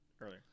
earlier